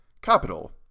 Capital